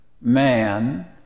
man